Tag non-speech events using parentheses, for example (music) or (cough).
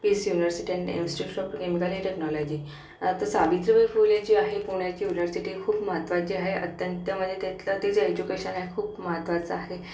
piece university and institute of (unintelligible) technology आता सावित्रीबाई फुले जी आहे पुण्याची युनव्हर्सिटी खूप महत्त्वाची आहे अत्यंत म्हणजे तिथलं ते जे एज्युकेशन आहे खूप महत्त्वाचं आहे